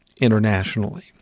internationally